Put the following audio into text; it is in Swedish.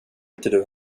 inte